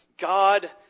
God